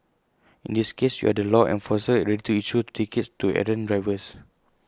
in this case you are the law enforcer ready to issue tickets to errant drivers